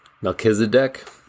Melchizedek